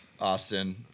Austin